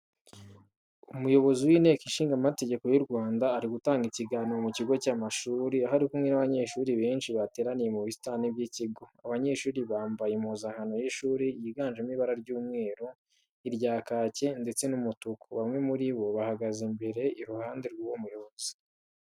Umuyobozi mu nteko ishingamategeko y'u Rwanda, ari gutanga ikiganiro mu kigo cy'amashuri, aho ari kumwe n'abanyeshuri benshi bateraniye mu busitani bw'ikigo. Abanyeshuri bambaye impuzankano y’ishuri yiganjemo ibara ry'umweru, irya kaki ndetse n'umutuku, bamwe muri bo bahagaze imbere iruhande rw'uwo muyobozi.